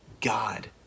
God